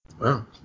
Wow